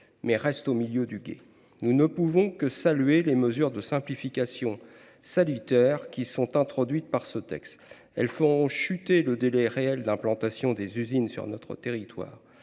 mais reste au milieu du gué. Nous ne pouvons que saluer les mesures de simplification salutaires qui sont introduites par ce texte. Elles feront chuter le délai réel d’implantation des usines sur notre territoire.